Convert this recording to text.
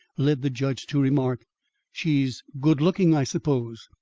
led the judge to remark she's good-looking, i suppose.